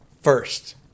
First